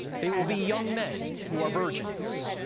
they will be young men who are virgins.